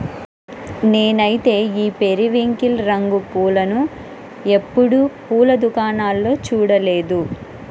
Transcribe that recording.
నేనైతే ఈ పెరివింకిల్ రంగు పూలను ఎప్పుడు పూల దుకాణాల్లో చూడలేదు